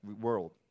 world